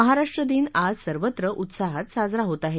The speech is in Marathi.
महाराष्ट्र दिन आज सर्वत्र उत्साहात साजरा होत आहे